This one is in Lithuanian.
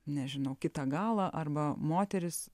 nežinau kitą galą arba moteris